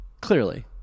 clearly